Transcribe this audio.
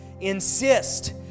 insist